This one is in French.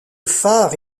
phare